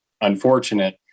unfortunate